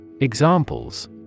Examples